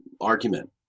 argument